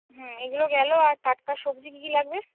হুম এগুলো গেলো আর টাটকা সবজি কী কী লাগবে